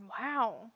wow